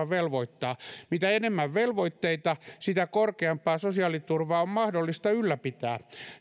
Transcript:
velvoittaa mitä enemmän velvoitteita sitä korkeampaa sosiaaliturvaa on mahdollista ylläpitää